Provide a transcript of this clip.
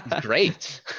Great